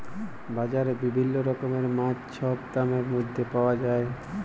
বাজারে বিভিল্ল্য রকমের মাছ ছব দামের ম্যধে পাউয়া যায়